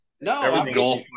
No